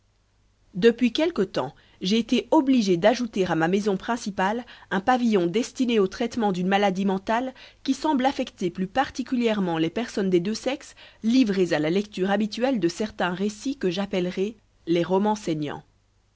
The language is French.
depuis quelque temps j'ai été obligé d'ajouter à ma maison principale un pavillon destiné au traitement d'une maladie mentale qui semble affecter plus particulièrement les personnes des deux sexes livrées à la lecture habituelle de certains récits que j'appellerai les romans saignants